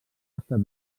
estat